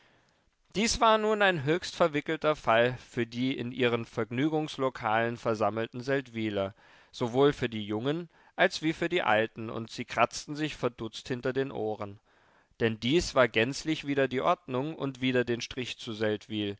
dies war nun ein höchst verwickelter fall für die in ihren vergnügungslokalen versammelten seldwyler sowohl für die jungen als wie für die alten und sie kratzten sich verdutzt hinter den ohren denn dies war gänzlich wider die ordnung und wider den strich zu